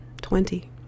twenty